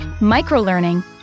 micro-learning